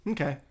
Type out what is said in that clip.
Okay